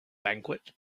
banquet